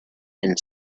and